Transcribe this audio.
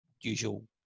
usual